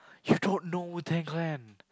you don't know Wu-Tang-Clan